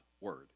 word